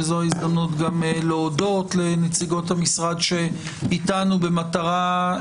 וזו ההזדמנות גם להודות לנציגות המשרד שאיתנו במטרה